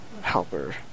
helper